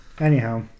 anyhow